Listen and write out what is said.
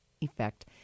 effect